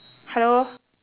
hello